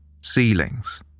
ceilings